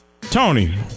Tony